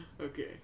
Okay